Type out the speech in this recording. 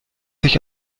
sich